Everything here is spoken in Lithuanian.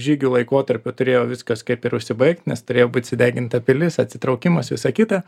žygių laikotarpiu turėjo viskas kaip ir užsibaigt nes turėjo būt sudeginta pilis atsitraukimas visa kita